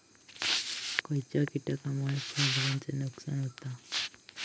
खयच्या किटकांमुळे फळझाडांचा नुकसान होता?